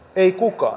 ei kukaan